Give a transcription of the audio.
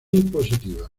positiva